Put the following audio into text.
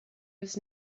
was